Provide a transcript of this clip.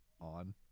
on